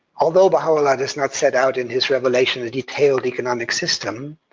although baha'u'llah does not set out in his revelation a detailed economic system,